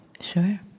Sure